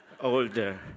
older